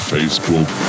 Facebook